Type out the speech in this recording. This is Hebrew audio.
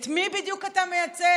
את מי בדיוק אתה מייצג,